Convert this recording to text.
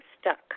stuck